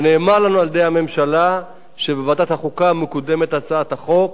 ונאמר לנו על-ידי הממשלה שבוועדת החוקה מקודמת הצעת חוק,